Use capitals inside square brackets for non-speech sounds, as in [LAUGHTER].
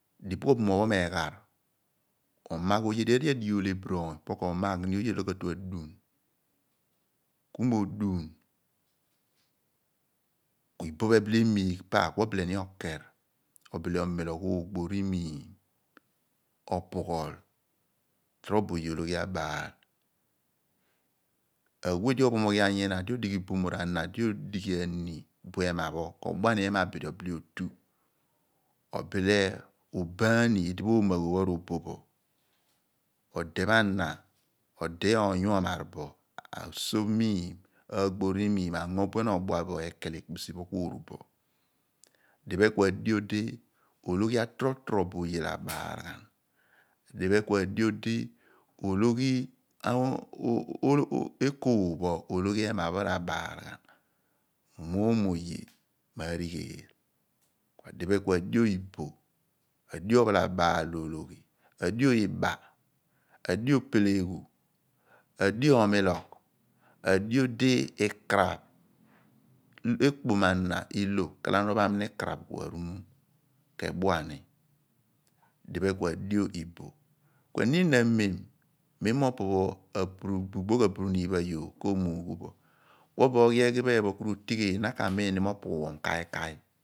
Dipugh obumoony pho m'egbar, ko magh oye, edighi di obumoomy pho adighi olephiri oony, ko magh ni oye di ka tu adun, ku mo odun ku inoh pho ebice emigh pa ku obile ni oker, omilogh oogb rimiim upughol, torobo oye ologhi pho abaal awe di ophomoghian nyinȧ di odighi ani buo ehma pho ko bile otu obile oboh aani idipho abupher pho awe pho ro boh bȯ, ode pho ana, ode oony pho omar bo asuph miim, aagbo rimiim ango buen obua bo eekeela ekpisi pho ku oru bo. diphe ku adi odi torobo oye olugh pho r'abaal ghan opo ku adio di [HESITATION] ologhi ekool, ologhi ehma pho r'abaal ghan mọ omoom oye marigheel, adiphe ku adio iboh, adio ophalabaal oloyhi adio iba adio opeleghu. adio omilugh, adio di ikaraph ekpom ana i/io ghalamo na apham ni ikaraph ku arumom, k'edua ni diphe ku adio iboh. Ku eniin amem, mem opo pho abugbogh aburuniim pho ayoor koomuughu ho, mem opo oghi eghi pho ephen ku r'oligheel, na miini mo opughol kaikai